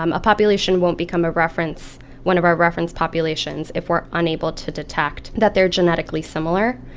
um a population won't become a reference one of our reference populations if we're unable to detect that they're genetically similar.